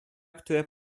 które